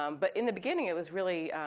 um but in the beginning it was really,